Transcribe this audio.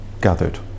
gathered